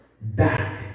back